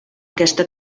aquesta